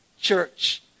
Church